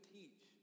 teach